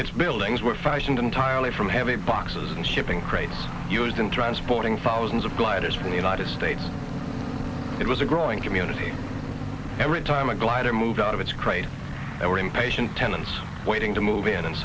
its buildings were fashioned entirely from heavy boxes and shipping crate used in transporting thousands of gliders from the united states it was a growing community every time a glider moved out of its crate and were impatient tenants waiting to move in and